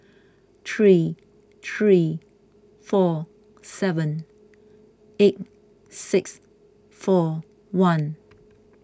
three three four seven eight six four one